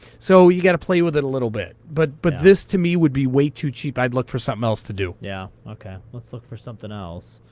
so you got to play with it a little bit. but but this, to me, would be way too cheap. i'd look for something else to do. yeah ok. let's look for something else.